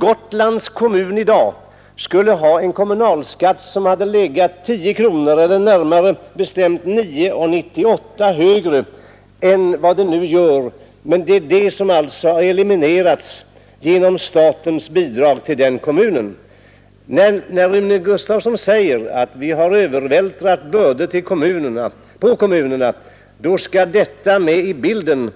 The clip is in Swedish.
Gotlands kommun i dag skulle ha haft en kommunalskatt som legat 9,98 kronor högre än vad den nu gör, men detta har man kunnat undvika genom statens bidrag till kommunen. När Rune Gustavsson säger att staten övervältrar bördor på kommunerna skall sådana här förhållanden med i bilden.